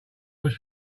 was